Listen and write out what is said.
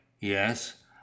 yes